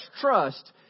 trust